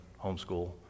homeschool